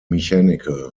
mechanical